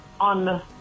on